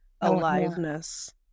aliveness